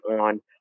on